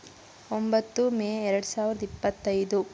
ಒಂಬತ್ತು ಮೇ ಎರಡು ಸಾವಿರದ ಇಪ್ಪತ್ತೈದು